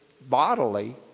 bodily